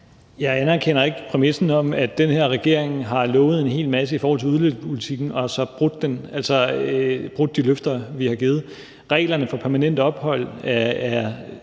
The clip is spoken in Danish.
Jeg anerkender ikke præmissen om, at den her regering har lovet en hel masse i forhold til udlændingepolitikken, men så har brudt de løfter, vi har givet. Reglerne for permanent ophold er